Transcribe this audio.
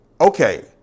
okay